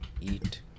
eat